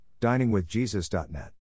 diningwithjesus.net